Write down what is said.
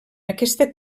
aquesta